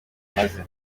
umaze